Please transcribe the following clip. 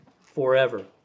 forever